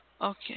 Okay